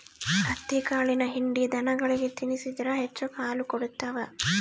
ಹತ್ತಿಕಾಳಿನ ಹಿಂಡಿ ದನಗಳಿಗೆ ತಿನ್ನಿಸಿದ್ರ ಹೆಚ್ಚು ಹಾಲು ಕೊಡ್ತಾವ